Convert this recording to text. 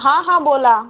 हां हां बोला